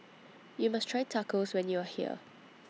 YOU must Try Tacos when YOU Are here